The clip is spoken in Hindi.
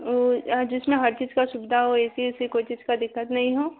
वह जिसमें हर चीज़ की सुविधा हो ए सी उसी कोई चीज़ की दिक्कत नहीं हो